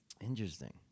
Interesting